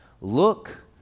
look